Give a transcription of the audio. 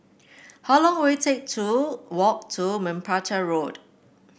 how long will it take to walk to Merpati Road